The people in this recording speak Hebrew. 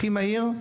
הכי מהיר,